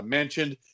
mentioned